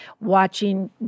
watching